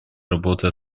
работы